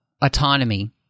autonomy